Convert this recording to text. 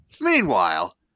Meanwhile